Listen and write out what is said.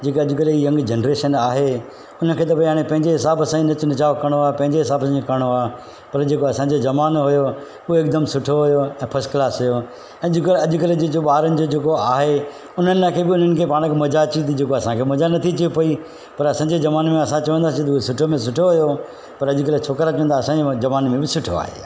जेका अॼुकल्ह जी यंग जनरेशन आहे हुन खे त भाई हाणे पंहिंजे हिसाब सां ई नच नचाव करिणो आहे पंहिंजे हिसाब सां ई करिणो आहे पर जेको असांजे ज़मानो हुयो उहो हिकदमि सुठो हुयो ऐं फस्ट क्लास हुयो अॼुकल्ह अॼुकल्ह जे ॿारनि जे जेको आहे उन्हनि लाइ खे बि उन्हनि खे पाण खे मज़ा अचे थी जेको असांखे मज़ा नथी अचे पई पर असांजे ज़माने में असां चवंदासीं त हो सुठो में सुठो हुयो पर अॼुकल्ह छोकिरा चवंदा असांजे ज़माने में बि सुठो आहे